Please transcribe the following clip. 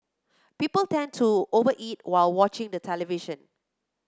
people tend to over eat while watching the television